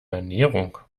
ernährung